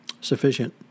sufficient